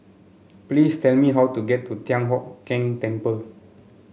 please tell me how to get to Thian Hock Keng Temple